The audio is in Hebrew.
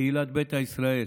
קהילת ביתא ישראל.